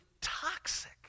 toxic